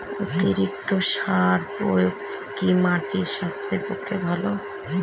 অতিরিক্ত সার প্রয়োগ কি মাটির স্বাস্থ্যের পক্ষে ভালো?